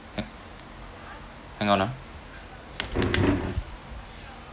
hang on ah